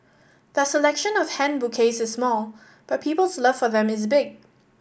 their selection of hand bouquets is small but people's love for them is big